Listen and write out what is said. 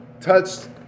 touched